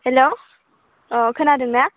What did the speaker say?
hello अ खोनादों ना